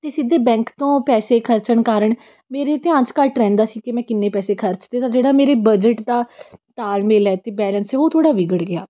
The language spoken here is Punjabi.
ਅਤੇ ਸਿੱਧੇ ਬੈਂਕ ਤੋਂ ਪੈਸੇ ਖਰਚਣ ਕਾਰਨ ਮੇਰੇ ਧਿਆਨ 'ਚ ਘੱਟ ਰਹਿੰਦਾ ਸੀ ਕਿ ਮੈਂ ਕਿੰਨੇ ਪੈਸੇ ਖਰਚ 'ਤੇ ਤਾਂ ਜਿਹੜਾ ਮੇਰੇ ਬਜਟ ਦਾ ਤਾਲਮੇਲ ਹੈ ਅਤੇ ਬੈਲੇਂਸ ਹੈ ਉਹ ਥੋੜ੍ਹਾ ਵਿਗੜ ਗਿਆ